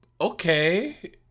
Okay